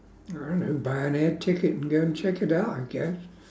I don't know buy an air ticket and go and check it out I guess